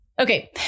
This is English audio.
Okay